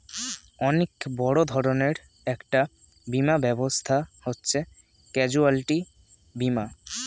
অনেক বড় ধরনের একটা বীমা ব্যবস্থা হচ্ছে ক্যাজুয়ালটি বীমা